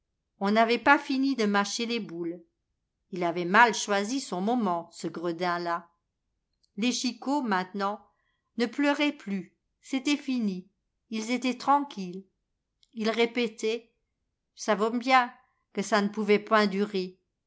on n'avait pas fini de mâcher les boules ii avait mal choisi son moment ce gredin ià les chicot maintenant ne pleuraient plus c'était fini ils étaient tranquilles ils répétaient j savions bien qu ça n pouvait point durer